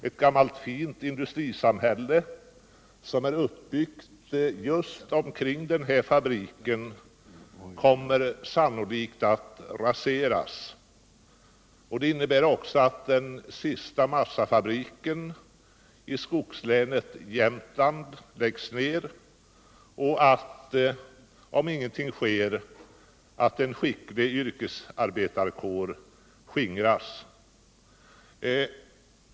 Ett gammalt fint industrisamhälle, som är uppbyggt omkring den här fabriken, kommer sannolikt att raseras. Det innebär också att den sista massafabriken i skogslänet Jämtland läggs ned och —- om ingenting sker — att en skicklig yrkesarbetarkår skingras.